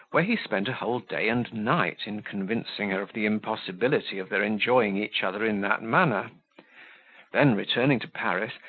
where he spent a whole day and night in convincing her of the impossibility of their enjoying each other in that manner then, returning to paris,